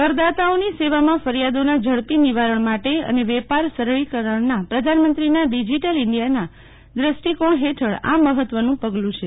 કરદાતા ઓની સેવામાં ફરિયાદો નાં ઝડપી નિવારણ માટે અને વેપાર સરળીકરણનાં પ્રધાનમંત્રીનાં ડીજીટલ ઇન્ડિયાના દ્રષ્ટીકીણ હેઠળ આ મેહત્વનું પગલું છે